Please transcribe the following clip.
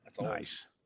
Nice